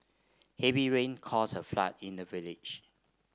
heavy rain caused a flood in the village